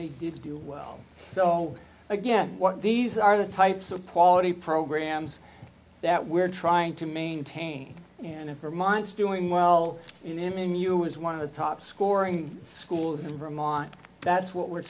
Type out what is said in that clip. they did do well so again what these are the types of quality programs that we're trying to maintain and if her mind is doing well in him you is one of the top scoring schools of them on that's what we're